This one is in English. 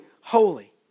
holy